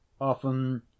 Often